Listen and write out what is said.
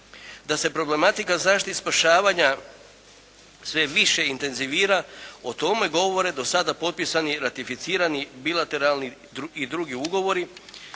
Da se problematika zaštite i spašavanja sve više intenzivira o tome govore dosada potpisani ratificirani bilateralni i drugi ugovori